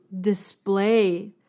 display